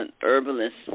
herbalist